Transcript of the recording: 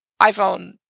iphone